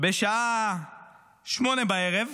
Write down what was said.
בשעה 20:00,